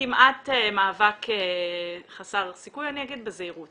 כמעט מאבק חסר סיכוי, אני אגיד בזהירות.